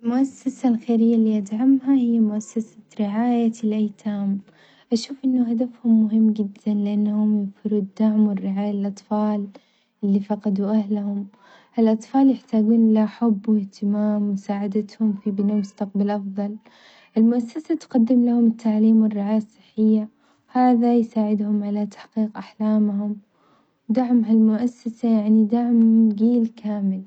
المؤسسة الخيرية اللي أدعمها هي مؤسسة رعاية الأيتام، أشوف إن هدفهم مهم جدًا لأنهم يوفروا الدعم والرعاية للأطفال اللي فقدوا أهلهم، هالأطفال يحتاجون إلى حب واهتمام ومساعدتهم في بناء مستقبل أفظل، المؤسسة تقدم لهم التعليم والرعاية الصحية وهذا يساعدهم على تحقيق أحلامهم، دعم هالمؤسسة يعني دعم جيل كامل